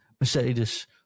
Mercedes